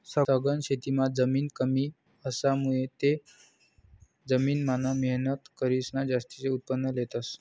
सघन शेतीमां जमीन कमी असामुये त्या जमीन मान मेहनत करीसन जास्तीन उत्पन्न लेतस